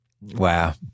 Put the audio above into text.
Wow